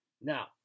Now